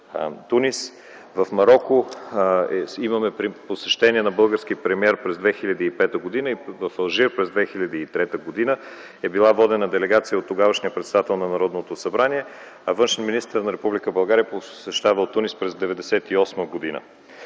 Тунис. В Мароко имаме посещение на български премиер през 2005 г., в Алжир – през 2003 г. е била водена делегация от тогавашния председател на Народното събрание, външен министър на Република България посещава Тунис през 1998 г.